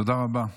תודה רבה.